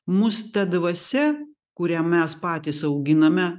mūs ta dvasia kurią mes patys auginame